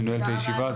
אני נועל את הישיבה.